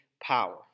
power